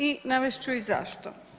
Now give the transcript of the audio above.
I navest ću i zašto.